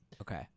okay